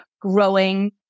growing